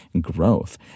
growth